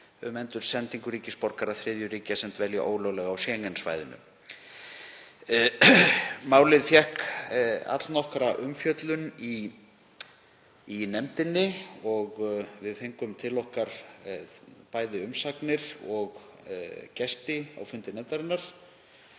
um endursendingu ríkisborgara þriðju ríkja sem dvelja ólöglega á Schengen-svæðinu. Málið fékk allnokkra umfjöllun í nefndinni og við fengum til okkar umsagnir og gesti á fundi nefndarinnar